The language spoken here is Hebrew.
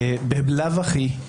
בלאו הכי,